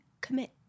commit